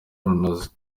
runoze